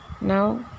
Now